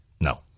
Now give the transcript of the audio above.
No